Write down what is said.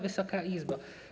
Wysoka Izbo!